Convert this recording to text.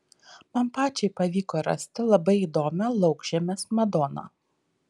man pačiai pavyko rasti labai įdomią laukžemės madoną